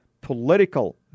political